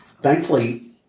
Thankfully